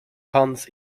puns